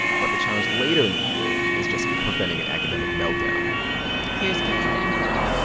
but the challenge later in the year is just preventing and academic meltdown here's kavitha and cory